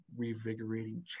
revigorating